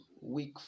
Week